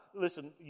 listen